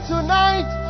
tonight